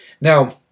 Now